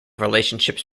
relationships